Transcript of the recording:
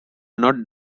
not